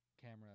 camera